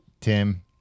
Tim